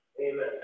Amen